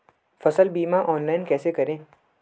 फसल बीमा ऑनलाइन कैसे करें?